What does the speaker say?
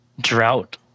drought